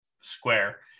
square